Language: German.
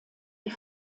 die